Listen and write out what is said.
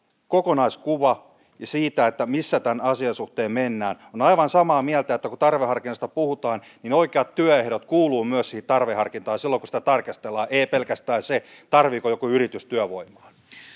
kokonaiskuva siitä missä tämän asian suhteen mennään olen aivan samaa mieltä että kun tarveharkinnasta puhutaan niin oikeat työehdot kuuluvat myös siihen tarveharkintaan silloin kun sitä tarkastellaan ei ei pelkästään se tarvitseeko joku yritys työvoimaa